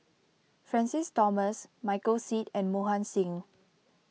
Francis Thomas Michael Seet and Mohan Singh